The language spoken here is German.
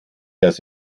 das